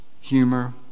humor